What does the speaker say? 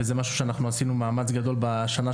וזה משהו שאנחנו עשינו מאמץ גדול בשנה,